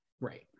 Right